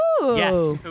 Yes